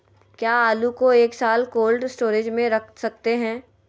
क्या आलू को एक साल कोल्ड स्टोरेज में रख सकते हैं?